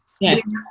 yes